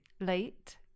Late